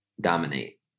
dominate